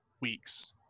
weeks